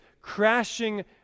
crashing